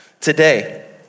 today